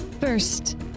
First